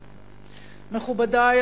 מכובדי,